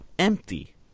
Empty